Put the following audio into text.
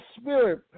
spirit